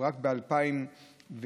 רק ב-2019,